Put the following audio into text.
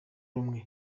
rumwe